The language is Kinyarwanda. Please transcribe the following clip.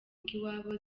iwabo